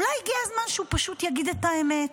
אולי הגיע הזמן שהוא פשוט יגיד את האמת?